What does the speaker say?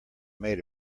made